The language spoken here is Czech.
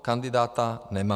Kandidáta nemám.